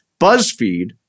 BuzzFeed